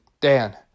Dan